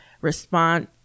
respond